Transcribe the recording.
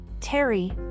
Terry